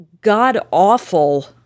god-awful